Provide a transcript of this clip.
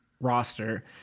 roster